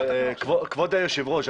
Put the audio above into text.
כבוד היושב ראש,